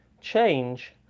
change